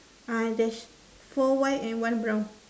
uh there's four white and one brown